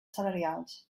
salarials